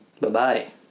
Bye-bye